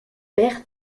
bert